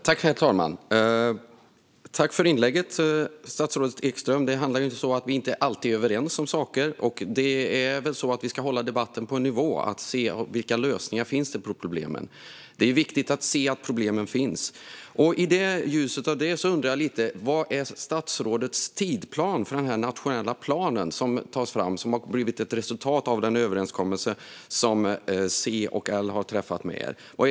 Herr talman! Tack för inlägget, statsrådet Ekström! Vi är inte alltid överens om saker, och vi ska väl hålla debatten på en viss nivå och se vilka lösningar som finns på problemen. Det är viktigt att se att problemen finns, och i ljuset av det undrar jag lite vad som är statsrådets tidsplan för den nationella plan som tas fram och som är ett resultat av den överenskommelse som har träffats med C och L.